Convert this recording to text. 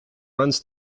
runs